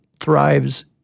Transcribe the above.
thrives